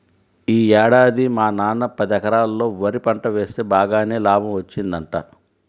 యీ ఏడాది మా నాన్న పదెకరాల్లో వరి పంట వేస్తె బాగానే లాభం వచ్చిందంట